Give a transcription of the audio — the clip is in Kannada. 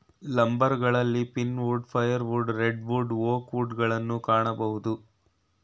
ಲಂಬರ್ಗಳಲ್ಲಿ pine wood, fire wood, red wood, oak wood ಗಳನ್ನು ಕಾಣಬೋದು